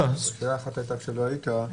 שאלה אחת הייתה כשלא היית.